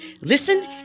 Listen